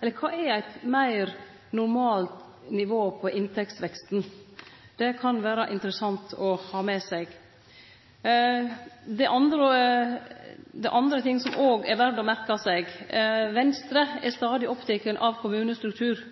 Eller kva er «et mer normalt nivå» på inntektsveksten? Det kan vere interessant å ha med seg. Det er andre ting som òg er verdt å merke seg. Venstre er stadig oppteke av kommunestruktur